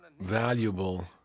valuable